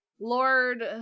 Lord